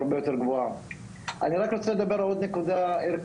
אנחנו באותה סירה עם